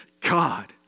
God